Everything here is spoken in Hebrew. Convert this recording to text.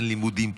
אין לימודים,